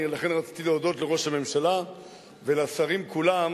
לכן רציתי להודות לראש הממשלה ולשרים כולם